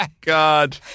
God